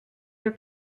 your